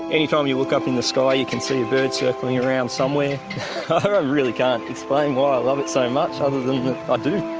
anytime you look up in the sky you can see a bird circling around somewhere. i really can't explain why i love it so much other than i do.